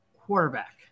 quarterback